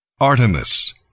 Artemis